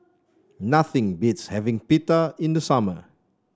nothing beats having Pita in the summer